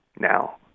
now